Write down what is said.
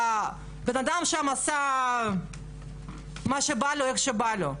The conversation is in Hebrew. הבן אדם שם עשה מה שבא לו ואיך שבא לו.